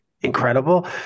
incredible